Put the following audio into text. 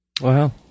Wow